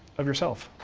of yourself.